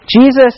Jesus